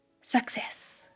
Success